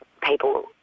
people